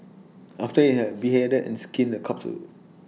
after IT had beheaded and skinned the corpse to